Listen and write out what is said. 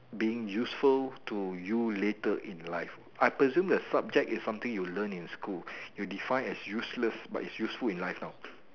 being useful to you later in life I presume that the subject is what you learn in school you define as useless but it is useful in life now